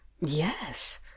yes